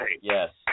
Yes